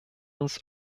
uns